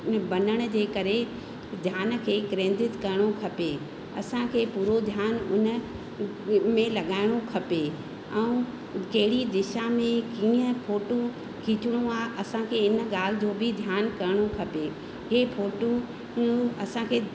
बनण जे करे ध्यानु खे केंद्रित करिणो खपे असांखे पूरो ध्यानु उनमें लॻाइण खपे ऐं कहिड़ी दिशा में कीअं फोटूं खीचणो आहे असांखे इन ॻाल्हि जो बि ध्यानु करिणो खपे हे फोटूं ऊं असांखे